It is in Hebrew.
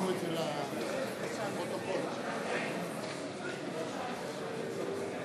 (חברי הכנסת מכבדים בקימה את צאת נשיא המדינה